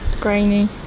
grainy